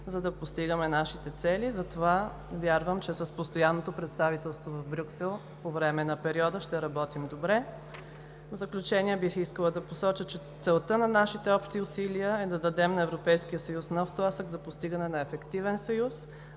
за да постигаме нашите цели. Затова вярвам, че с постоянното представителство в Брюксел по време на периода ще работим добре. В заключение бих искала да посоча, че целта на нашите общи усилия е да дадем на Европейския съюз нов тласък за постигане на ефективен съюз